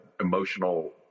emotional